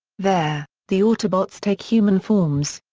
there, the autobots take human forms.